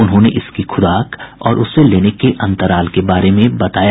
उन्होंने इसकी खुराक और उसे लेने के अंतराल के बारे में बताया